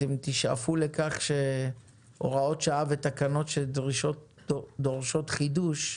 שתשאפו לכך שהוראות שעה ותקנות שדורשות חידוש,